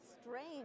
strange